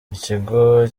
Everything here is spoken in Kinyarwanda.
ikigo